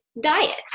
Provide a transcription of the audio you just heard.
diet